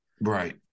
Right